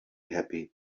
happy